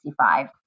1965